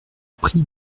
prie